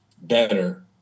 better